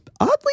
oddly